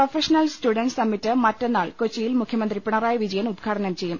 professional student summit മറ്റന്നാൾ കൊച്ചിയിൽ മുഖ്യമന്ത്രി പിണറായി വിജയൻ ഉദ്ഘാടനം ചെയ്യും